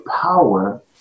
power